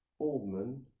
Oldman